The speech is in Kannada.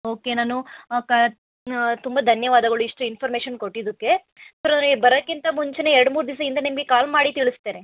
ಓಕೆ ನಾನು ಕ ತುಂಬ ಧನ್ಯವಾದಗಳು ಇಷ್ಟು ಇನ್ಫಾರ್ಮೇಶನ್ ಕೊಟ್ಟಿದ್ದಕ್ಕೆ ನಾನು ಬರೋಕ್ಕಿಂತ ಮುಂಚೆಯೇ ಎರಡು ಮೂರು ದಿವಸ ಇಂದೇ ನಿಮಗೆ ಕಾಲ್ ಮಾಡಿ ತಿಳಿಸ್ತೇನೆ